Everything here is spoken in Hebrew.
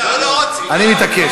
אני מתעקש.